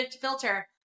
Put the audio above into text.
filter